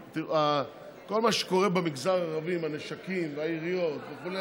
כל מה שקורה במגזר הערבי עם הנשקים והיריות וכו'